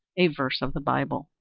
a verse of the bible.